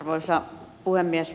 arvoisa puhemies